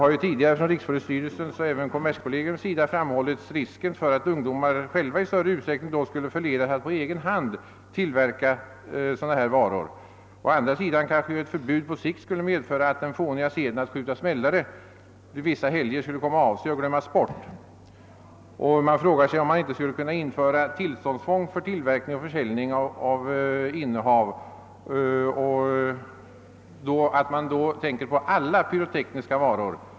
Rikspolisstyrelsen och kommerskollegium har tidigare framhållit risken för att ungdomar då själva i större utsträckning skulle förledas att på egen hand tillverka smällare. Å andra sidan kanske ett förbud på sikt skulle medföra, att den fåniga seden att skjuta smällare vid vissa helger skulle komma av sig och glömmas bort. Skulle det inte vara möjligt att införa tillståndstvång för tillverkning, försäljning och innehav av sådana här varor? Man bör då även tänka på alla andra pyrotekniska varor.